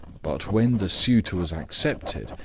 but when the suitor was accepted,